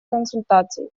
консультаций